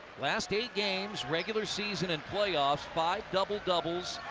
last eight games, regular season and playoff, five double-doubles,